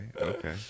okay